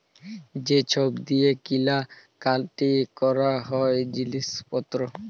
যে ছব দিঁয়ে কিলা কাটি ক্যরা হ্যয় জিলিস পত্তর